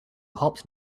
hopped